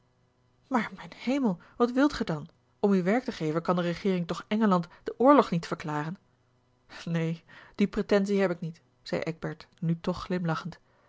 maar mijn hemel wat wilt gij dan om u werk te geven kan de regeering toch engeland den oorlog niet verklaren neen die pretensie heb ik niet zei eckbert nu toch